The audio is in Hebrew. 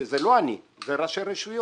וזה לא אני אלא אלה ראשי הרשויות.